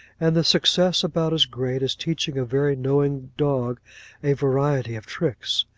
and the success about as great as teaching a very knowing dog a variety of tricks.